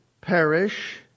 perish